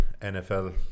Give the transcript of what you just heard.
NFL